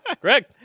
Greg